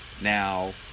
now